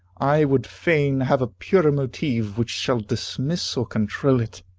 i would fain have a purer motive, which shall dismiss or control it.